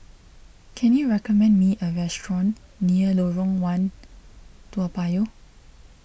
can you recommend me a restaurant near Lorong one Toa Payoh